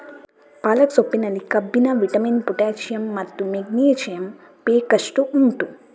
ಪಾಲಕ್ ಸೊಪ್ಪಿನಲ್ಲಿ ಕಬ್ಬಿಣ, vitamin, potassium ಮತ್ತು ಮೆಗ್ನೀಸಿಯಮ್ ಬೇಕಷ್ಟು ಉಂಟು